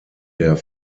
der